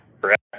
correct